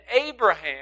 Abraham